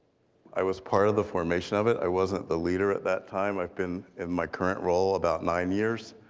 i was part of the formation of it. i wasn't the leader at that time. i've been in my current role about nine years.